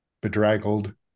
bedraggled